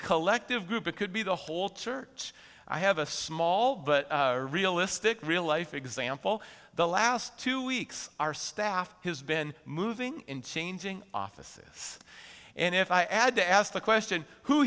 collective group it could be the holter church i have a small but realistic real life example the last two weeks our staff has been moving in changing offices and if i add to ask the question who